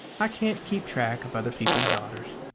i can't keep track of other people's daughters.